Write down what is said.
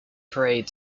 parade